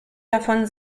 davon